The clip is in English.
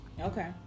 Okay